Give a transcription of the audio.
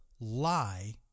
lie